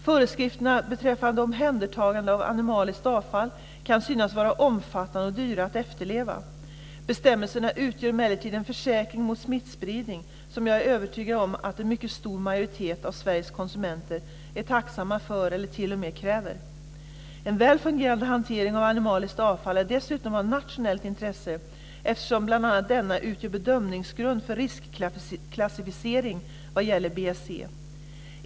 Föreskrifterna beträffande omhändertagande av animaliskt avfall kan synas vara omfattande och dyra att efterleva. Bestämmelserna utgör emellertid en försäkring mot smittspridning som jag är övertygad om att en mycket stor majoritet av Sveriges konsumenter är tacksamma för eller t.o.m. kräver. En väl fungerande hantering av animaliskt avfall är dessutom av nationellt intresse eftersom bl.a. denna utgör bedömningsgrund för riskklassificering vad gäller BSE.